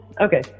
okay